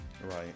Right